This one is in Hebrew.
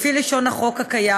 לפי לשון החוק הקיים,